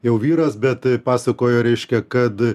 jau vyras bet pasakojo reiškia kad